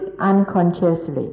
unconsciously